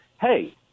hey